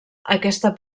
aquesta